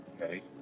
Okay